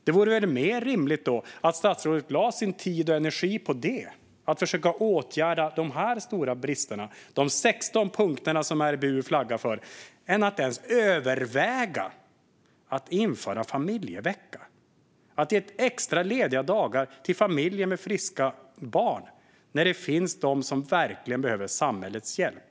De vore mer rimligt att statsrådet lade sin tid och energi på att försöka åtgärda de stora bristerna, de 16 punkter som RBU flaggar för, än att ens överväga att införa familjevecka. Man vill ge extra lediga dagar till familjer med friska barn när det finns de som verkligen behöver samhällets hjälp.